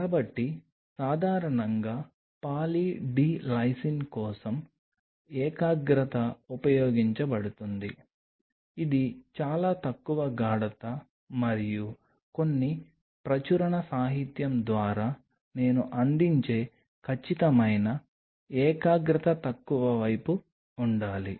కాబట్టి సాధారణంగా poly D lysine కోసం ఏకాగ్రత ఉపయోగించబడుతుంది ఇది చాలా తక్కువ గాఢత మరియు కొన్ని ప్రచురణ సాహిత్యం ద్వారా నేను అందించే ఖచ్చితమైన ఏకాగ్రత తక్కువ వైపు ఉండాలి